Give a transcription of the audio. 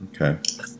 Okay